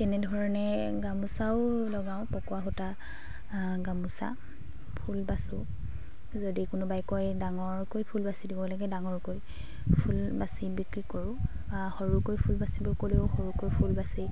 তেনেধৰণে গামোচাও লগাওঁ পকোৱা সূতা গামোচা ফুল বাচোঁ যদি কোনোবাই কয় ডাঙৰকৈ ফুল বাচি দিব লাগে ডাঙৰকৈ ফুল বাচি বিক্ৰী কৰোঁ বা সৰুকৈ ফুল বাচিব ক'লেও সৰুকৈ ফুল বাচি